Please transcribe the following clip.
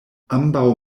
ambaŭ